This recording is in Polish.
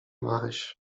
maryś